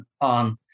on